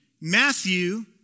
Matthew